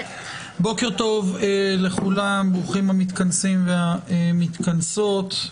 בוקר טוב, ברוכים המתכנסים והמתכנסות.